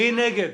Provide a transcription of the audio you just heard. מי נגד?